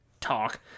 talk